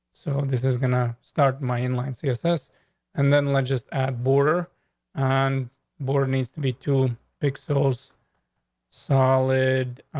so this is gonna start my in line css and then let just at border on board. needs to be two pixels solid.